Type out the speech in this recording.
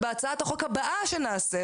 בהצעת החוק הבאה שנעשה,